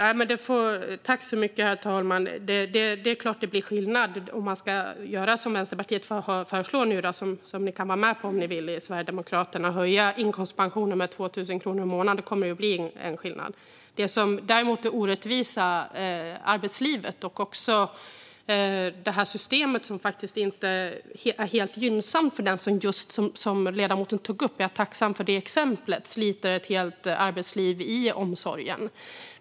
Herr talman! Det är klart att det blir skillnad om man skulle göra som Vänsterpartiet föreslår nu och höja inkomstpensionen med 2 000 kronor i månaden. Det kan Sverigedemokraterna vara med på om de vill. Det skulle bli en skillnad. När det gäller det orättvisa arbetslivet och också själva systemet, som faktiskt inte är helt gynnsamt för den som sliter ett helt arbetsliv i omsorgen, är jag tacksam för just det exempel som ledamoten tog.